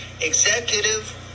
Executive